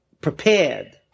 prepared